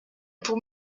pour